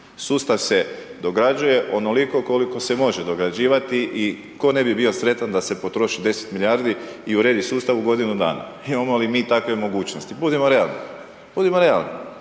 Sustav se dograđuje onoliko koliko se može dograđivati. I tko ne bi bio sretan da se potroši 10 milijardi i uredi sustav u godinu dana. Imamo li mi takve mogućnosti, budimo realni, budimo realni.